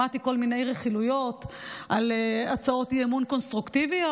שמעתי כל מיני רכילויות על הצעות אי-אמון קונסטרוקטיביות,